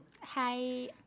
Hi